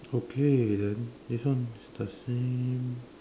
okay then this one is the same